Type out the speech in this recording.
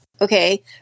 okay